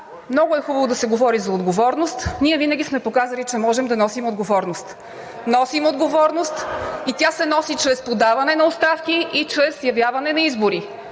много е хубаво да се говори за отговорност. Ние винаги сме показвали, че можем да носим отговорност. (Оживление в „БСП за България“.) Носим отговорност и тя се носи чрез подаване на оставки и чрез явяване на избори.